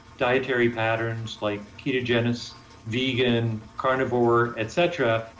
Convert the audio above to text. dietary patterns like ketogenesis vegan, carnivore, et cetera,